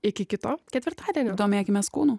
iki kito ketvirtadienio domėkimės kūnu